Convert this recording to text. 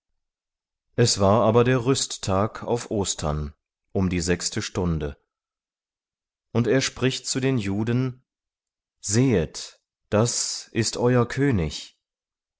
es war aber der rüsttag auf ostern um die sechste stunde und er spricht zu den juden sehet das ist euer könig